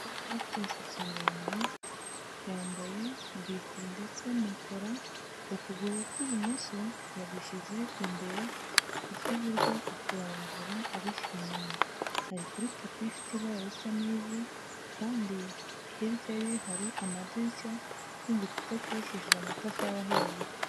Ufite imisatsi miremire yambaye bestle ndetse na kora ukuguru kw'ibumoso yagushyize imbere, ukw'iburyo akurambura agushyira inyuma. ari kuri tapin ifite y' ibara risa n'ivu kandi hirya ye hari amadirishya n'igikuta cyubakishije amatafari ahiye.